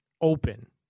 open